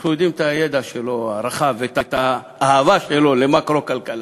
אנחנו יודעים על הידע שלו הרחב ועל האהבה שלו למקרו-כלכלה.